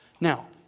Now